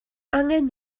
angen